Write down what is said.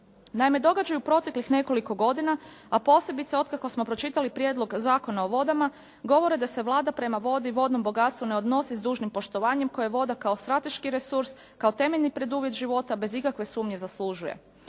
Naime, događaji u proteklih nekoliko godina, a posebice otkako smo pročitali Prijedlog zakona o vodama govore da se Vlada prema vodi i vodnom bogatstvu ne odnosi s dužnim poštovanjem koje voda kao strateški resurs, kao temeljni preduvjet života bez ikakve sumnje zaslužuje.